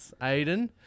aiden